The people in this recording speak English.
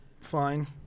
fine